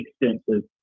extensive